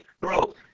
Bro